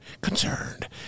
concerned